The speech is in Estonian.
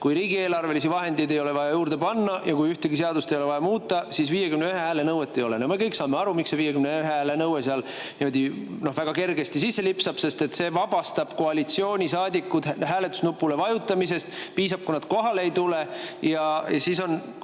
kui riigieelarvelisi vahendeid ei ole vaja juurde panna ja kui ühtegi seadust ei ole vaja muuta, siis 51 hääle nõuet ei ole. Me kõik saame aru, miks see 51 hääle nõue väga kergesti sisse lipsab: see vabastab koalitsioonisaadikud hääletusnupule vajutamisest, piisab, kui nad kohale ei tule, siis on